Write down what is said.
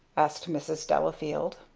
asked mrs. delafield.